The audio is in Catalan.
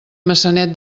maçanet